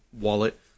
wallet